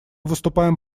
выступаем